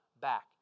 Back